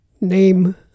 name